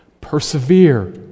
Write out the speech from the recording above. persevere